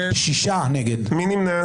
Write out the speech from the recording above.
מי נמנע?